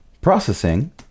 processing